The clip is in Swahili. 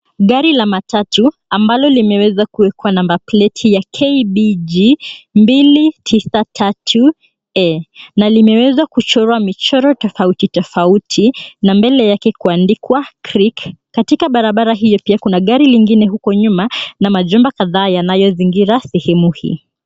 Gari la matatu ambalo limeweza kuwekwa number plate ya KBG 293E na limeweza kuchorwa michoro tofauti tofauti na mbele yake kuandikwa CREEK. Katika barabara hio pia kuna gari lingine huko nyuma na majumba kadhaa yanayozingira sehemu hii.